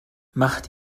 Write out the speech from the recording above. macht